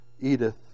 Edith